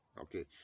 Okay